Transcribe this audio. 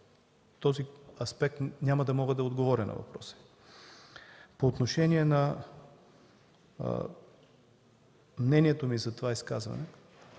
този аспект няма да мога да отговоря на въпроса Ви. По отношение на мнението ми за това изказване.